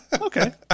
Okay